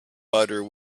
butter